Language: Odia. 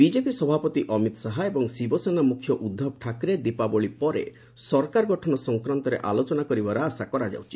ବିଜେପି ସଭାପତି ଅମିତ ଶାହା ଏବଂ ଶିବସେନା ମ୍ରଖ୍ୟ ଉଦ୍ଧବ ଠାକ୍ରେ ଦୀପାବଳି ପରେ ସରକାର ଗଠନ ସଂକ୍ରାନ୍ତରେ ଆଲୋଚନା କରିବାର ଆଶା କରାଯାଉଛି